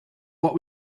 what